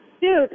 Dude